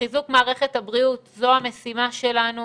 חיזוק מערכת הבריאות זו המשימה שלנו